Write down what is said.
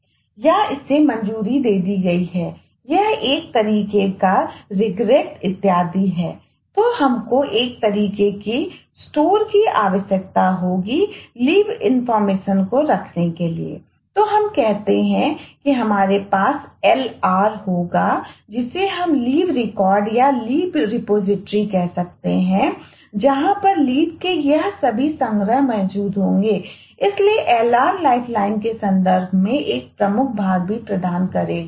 या इसे मंजूरी दे दी गई है यह एक तरीके का पछतावा इत्यादि तो हमको एक तरीके की स्टोर के संदर्भ में एक प्रमुख भाग भी प्रदान करेगा